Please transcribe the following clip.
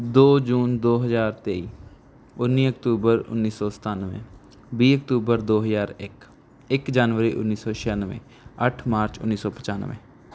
ਦੋ ਜੂਨ ਦੋ ਹਜ਼ਾਰ ਤੇਈ ਉੱਨੀ ਅਕਤੂਬਰ ਉੱਨੀ ਸੌ ਸਤਾਨਵੇਂ ਵੀਹ ਅਕਤੂਬਰ ਦੋ ਹਜ਼ਾਰ ਇੱਕ ਇੱਕ ਜਨਵਰੀ ਉੱਨੀ ਸੌ ਛਿਆਨਵੇਂ ਅੱਠ ਮਾਰਚ ਉੱਨੀ ਸੌ ਪਚਾਨਵੇਂ